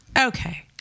Okay